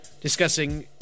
discussing